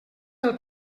del